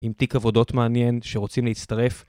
עם תיק עבודות מעניין שרוצים להצטרף.